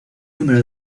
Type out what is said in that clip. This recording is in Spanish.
número